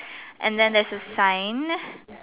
and then there's a sign